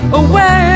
away